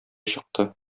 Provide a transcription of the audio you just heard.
чыкты